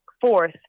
fourth